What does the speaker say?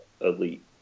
elite